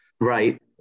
Right